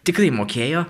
tikrai mokėjo